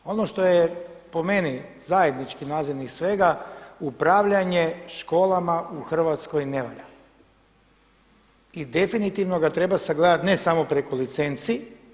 Ono što je po meni zajednički nazivnik svega upravljanje školama u Hrvatskoj ne valja i definitivno ga treba sagledati ne samo preko licenci.